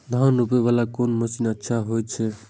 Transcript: धान रोपे वाला कोन मशीन अच्छा होय छे?